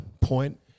point